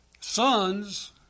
sons